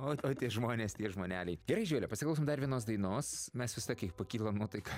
oi oi tie žmonės tie žmoneliai gerai živile pasiklausom dar vienos dainos mes vis tokia pakylia nuotaika